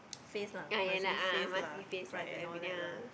faith lah must give faith lah fight and all that lah